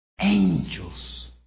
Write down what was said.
angels